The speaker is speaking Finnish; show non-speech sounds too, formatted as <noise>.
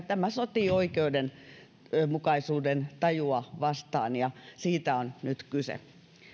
<unintelligible> tämä sotii oikeudenmukaisuudentajua vastaan ja siitä on nyt kyse